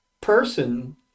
person